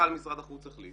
מנכ"ל משרד החוץ החליט